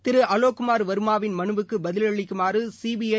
திருஅலோக்குமா் வாமாவின் மனுவுக்குபதிலளிக்குமாறுசிபிஐ